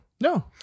No